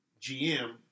GM